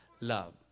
love